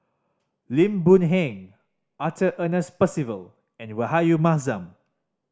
Lim Boon Heng Arthur Ernest Percival and Rahayu Mahzam